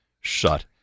shut